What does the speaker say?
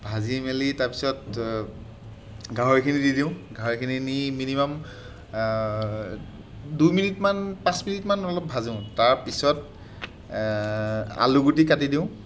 ভাজি মেলি তাৰপিছত গাহৰিখিনি দি দিওঁ গাহৰিখিনি দি মিনিমাম দুই মিনিটমান পাঁচ মিনিটমান অলপ ভাজোঁ তাৰপিছত আলুগুটি কাটি দিওঁ